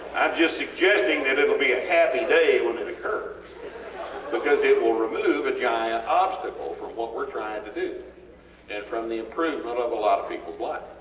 just suggesting that itll be a happy day when it occurs because it will remove a giant obstacle for what were trying to do and from the improvement of a lot of peoples lives,